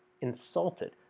insulted